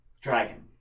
Dragon